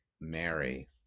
mary